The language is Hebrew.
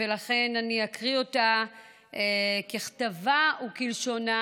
ולכן אני אקריא אותה ככתבה וכלשונה,